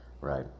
right